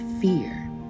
fear